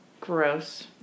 gross